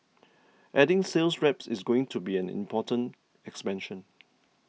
adding sales reps is going to be an important expansion